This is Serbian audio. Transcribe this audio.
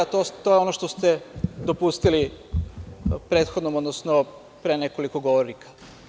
To je ono što ste dopustili prethodnom, odnosno pre nekoliko govornika.